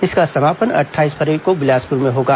इसका समापन अट्ठाईस फरवरी को बिलासपुर में होगा